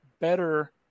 better